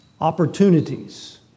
opportunities